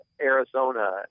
Arizona